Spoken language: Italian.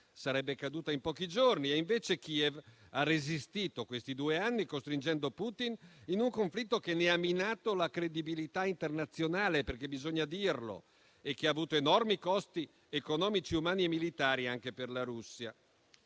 sarebbe caduta in pochi giorni e invece Kiev ha resistito questi due anni, costringendo Putin in un conflitto che ne ha minato la credibilità internazionale - perché bisogna dirlo - e che ha avuto enormi costi economici, umani e militari anche per la Russia.